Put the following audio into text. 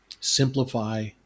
Simplify